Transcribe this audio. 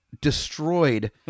Destroyed